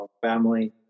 family